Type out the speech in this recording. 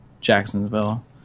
Jacksonville